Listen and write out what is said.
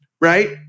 Right